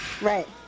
Right